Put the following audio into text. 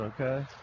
okay